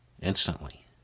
instantly